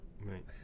Right